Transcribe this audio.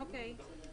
אוקיי.